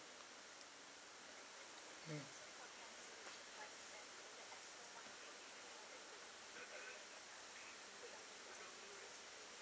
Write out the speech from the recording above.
mm